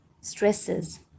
stresses